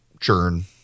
churn